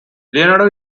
leonardo